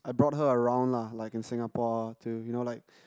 I brought her around lah like in Singapore to you know like